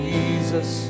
Jesus